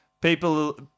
people